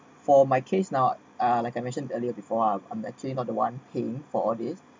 for my case now uh like I mentioned earlier before I'm I'm actually not the one paying for all these